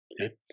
Okay